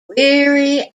weary